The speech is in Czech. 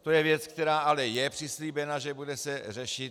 To je věc, která ale je přislíbena, že se bude řešit.